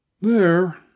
There